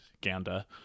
ganda